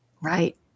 Right